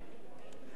אדוני היושב-ראש,